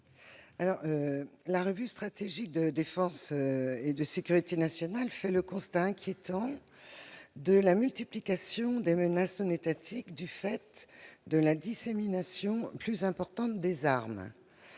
La revue stratégique de défense et de sécurité nationale fait le constat inquiétant de la multiplication des menaces non étatiques du fait de la dissémination plus importante des armes.